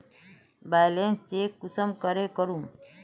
Balance check कुंसम करे करूम?